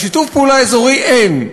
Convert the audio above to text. אז שיתוף פעולה אזורי אין,